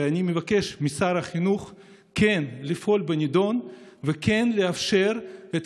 ואני מבקש משר החינוך כן לפעול בנדון וכן לאפשר את